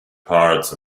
parts